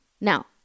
Now